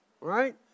Right